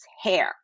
hair